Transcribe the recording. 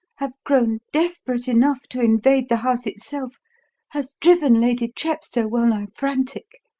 have grown desperate enough to invade the house itself has driven lady chepstow well-nigh frantic.